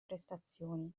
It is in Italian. prestazioni